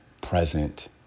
present